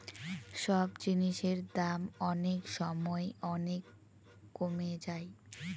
সব জিনিসের দাম অনেক সময় অনেক কমে যায়